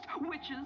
witches